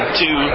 two